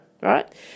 right